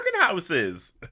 houses